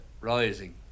Rising